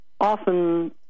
often